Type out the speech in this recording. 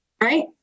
right